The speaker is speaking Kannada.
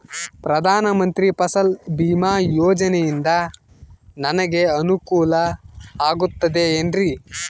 ಪ್ರಧಾನ ಮಂತ್ರಿ ಫಸಲ್ ಭೇಮಾ ಯೋಜನೆಯಿಂದ ನನಗೆ ಅನುಕೂಲ ಆಗುತ್ತದೆ ಎನ್ರಿ?